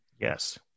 Yes